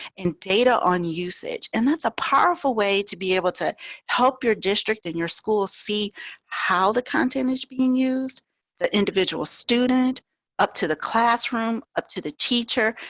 and data on usage and that's a powerful way to be able to help your district in your school. see how the content is being used the individual student up to the classroom, up to the teacher.